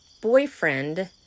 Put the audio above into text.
boyfriend